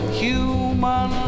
human